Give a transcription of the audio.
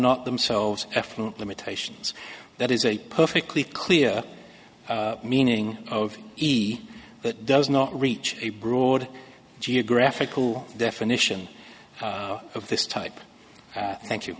not themselves effluent limitations that is a perfectly clear meaning of e but does not reach a broad geographical definition of this type thank you